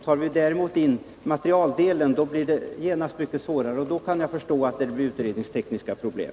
Tar vi däremot med materialdelen blir det genast mycket svårare. Då kan jag förstå att det uppstår utredningstekniska problem.